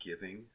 giving